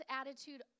attitude